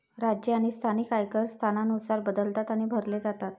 राज्य आणि स्थानिक आयकर स्थानानुसार बदलतात आणि भरले जातात